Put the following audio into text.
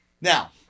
Now